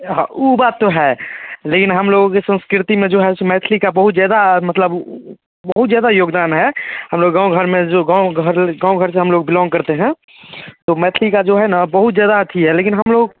हाँ वो बात तो है लेकिन हम लोगों संस्कृति में जो है सो मैथली का बहुत ज़्यादा मतलब बहुत ज़्यादा योगदान है हम लोग गाँव घर में जो गाँव घर ले गाँव घर से हम लोग बिलोंग करते हैं तो मैथली का जो है ना बहुत ज़्यादा अथि है लेकिन हम लोग